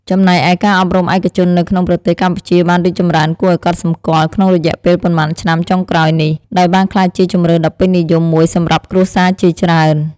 ចំណែកឯការអប់រំឯកជននៅក្នុងប្រទេសកម្ពុជាបានរីកចម្រើនគួរឱ្យកត់សម្គាល់ក្នុងរយៈពេលប៉ុន្មានឆ្នាំចុងក្រោយនេះ ដោយបានក្លាយជាជម្រើសដ៏ពេញនិយមមួយសម្រាប់គ្រួសារជាច្រើន។